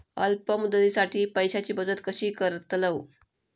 अल्प मुदतीसाठी पैशांची बचत कशी करतलव?